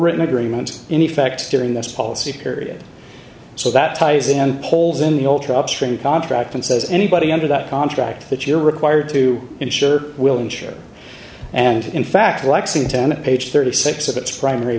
written agreement in effect during this policy period so that ties in and holds in the ultra upstream contract that says anybody under that contract that you're required to insure will insure and in fact lexington at page thirty six dollars of its primary